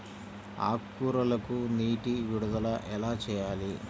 ఆకుకూరలకు నీటి విడుదల ఎలా చేయాలి?